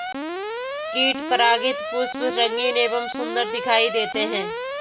कीट परागित पुष्प रंगीन एवं सुन्दर दिखाई देते हैं